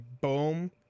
boom